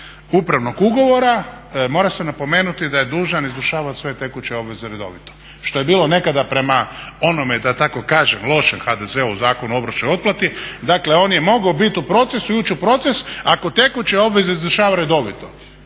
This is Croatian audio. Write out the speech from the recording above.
upravnog ugovora mora se napomenuti da je dužan izvršavati sve tekuće obveze redovito, što je bilo nekada prema onome da tako kažem lošem HDZ-ovom zakonu o obročnoj otplati, dakle on je mogao biti u procesu i ući u proces ako tekuće obveze izvršava redovito